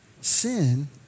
Sin